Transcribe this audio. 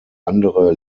andere